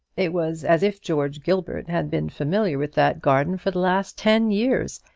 it was as if george gilbert had been familiar with that garden for the last ten years,